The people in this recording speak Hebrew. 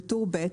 בטור ב',